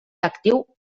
actiu